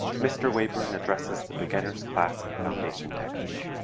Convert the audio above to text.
mr. wayburn addresses the beginner's class in foundation technique